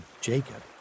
Jacob